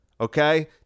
okay